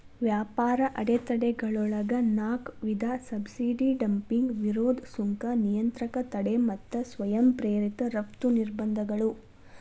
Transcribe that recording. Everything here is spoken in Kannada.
ವ್ಯಾಪಾರ ಅಡೆತಡೆಗಳೊಳಗ ನಾಕ್ ವಿಧ ಸಬ್ಸಿಡಿ ಡಂಪಿಂಗ್ ವಿರೋಧಿ ಸುಂಕ ನಿಯಂತ್ರಕ ತಡೆ ಮತ್ತ ಸ್ವಯಂ ಪ್ರೇರಿತ ರಫ್ತು ನಿರ್ಬಂಧಗಳು